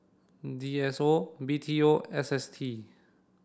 D S O B T O and S S T